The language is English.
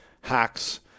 hacks